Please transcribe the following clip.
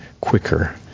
quicker